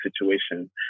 situation